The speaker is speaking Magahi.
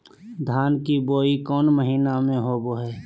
धान की बोई कौन महीना में होबो हाय?